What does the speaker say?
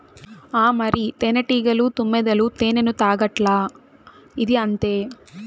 ఆ మరి, తేనెటీగలు, తుమ్మెదలు తేనెను తాగట్లా, ఇదీ అంతే